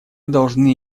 должны